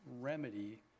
remedy